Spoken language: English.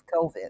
COVID